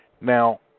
Now